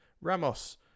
Ramos